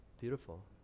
Beautiful